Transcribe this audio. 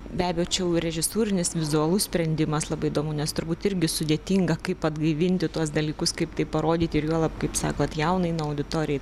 be abejo čia jau režisūrinis vizualus sprendimas labai įdomu nes turbūt irgi sudėtinga kaip atgaivinti tuos dalykus kaip tai parodyti ir juolab kaip sakot jaunai na auditorijai